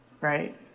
right